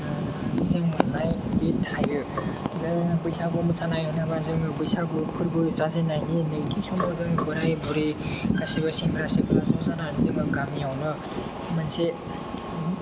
जों मोननाय बिदि थायो जों बैसागु मोसानायाव बा बैसागु फोरबो जाजेननायनि नैथि सानाव जों बोराय बुरि गासैबो सेंग्रा सिख्ला ज' जानानै जोङो गामियावनो मोनसे